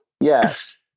Yes